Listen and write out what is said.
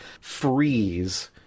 freeze